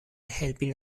helpi